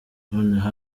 noneho